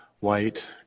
White